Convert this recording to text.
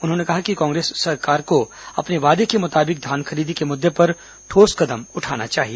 उन्होंने कहा कि कांग्रेस सरकार को अपने वादे के मुताबिक धान खरीदी के मुद्दे पर ठोस कदम उठाना चाहिए